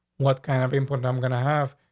what kind of important i'm gonna have?